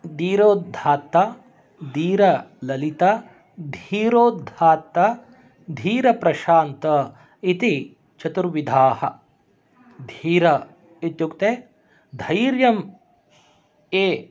धीरोदात्तः धीरललितः धीरोधत्तः धीरप्रशान्तः इति चतुर्विधाः धीर इत्युक्ते धैर्यं ये